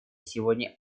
сегодня